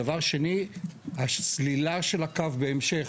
דבר שני הסלילה של הקו בהמשך,